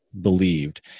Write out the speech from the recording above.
believed